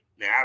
Now